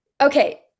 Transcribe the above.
okay